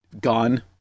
gone